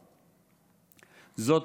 זאת,